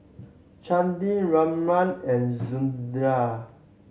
Chandi Ramanand and